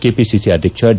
KPCC ಅಧ್ಯಕ್ಷ D